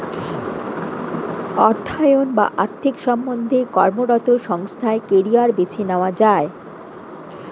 অর্থায়ন বা আর্থিক সম্বন্ধে কর্মরত সংস্থায় কেরিয়ার বেছে নেওয়া যায়